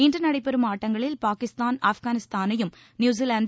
இன்று நடைபெறும் ஆட்டங்களில் பாகிஸ்தான் ஆட்கானிஸ்தானையும் நியுசிலாந்து